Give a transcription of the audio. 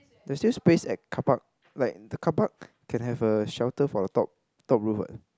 there's this space at carpark like the carpark can have a shelter for the top top roof what